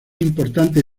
importante